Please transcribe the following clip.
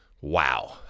Wow